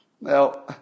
Now